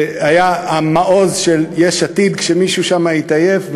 שהיה המעוז של יש עתיד כשמישהו שם התעייף,